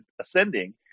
ascending